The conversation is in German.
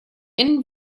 innen